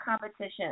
competition